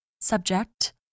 Subject